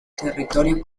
territorio